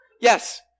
Yes